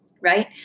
Right